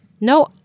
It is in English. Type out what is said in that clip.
No